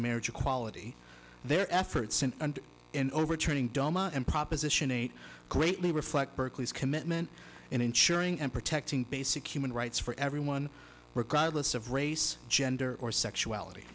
marriage equality their efforts and in overturning doma and proposition eight greatly reflect berkeley's commitment in ensuring and protecting basic human rights for everyone regardless of race gender or sexuality